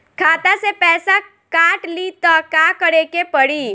खाता से पैसा काट ली त का करे के पड़ी?